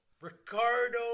Ricardo